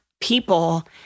people